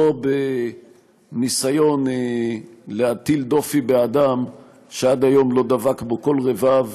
לא בניסיון להטיל דופי באדם שעד היום לא דבק בו כל רבב,